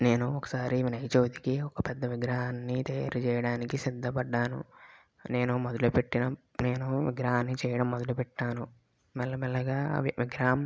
నేను ఒకసారి వినాయక చవితికి ఒక పెద్ద విగ్రహాన్ని తయారు చేయడానికి సిద్ధపడ్డాను నేను మొదలు పెట్టడం నేను విగ్రహాన్ని చేయడం మొదలు పెట్టాను మెల్లమెల్లగా అవి విగ్రహం